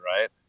right